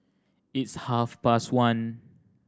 its half past one